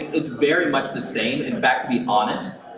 it's very much the same. in fact, to be honest,